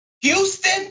Houston